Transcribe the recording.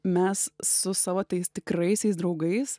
mes su savo tais tikraisiais draugais